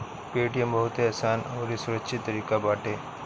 Paytm बहुते आसान अउरी सुरक्षित तरीका बाटे